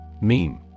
Meme